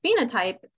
phenotype